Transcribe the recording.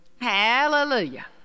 Hallelujah